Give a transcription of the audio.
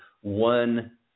one